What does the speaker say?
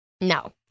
no